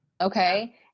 Okay